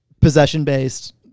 Possession-based